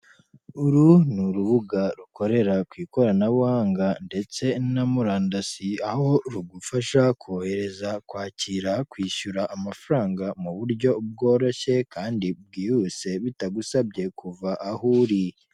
Uru ni urubuga rukorera ku ikoranabuhanga ndetse na murandasi, aho rugufasha kohereza kwakira kwishyura amafaranga mu buryo bworoshye kandi bwihuse bitagusabye kuva aho uri.